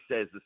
says